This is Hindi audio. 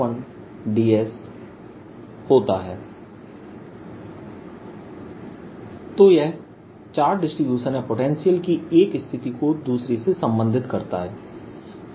V12rdVV1surface1dSV21rdVV2surface1dS तो यह चार्ज डिसटीब्यूशन या पोटेंशियल की एक स्थिति को दूसरी से संबंधित करता है